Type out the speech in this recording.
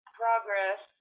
progress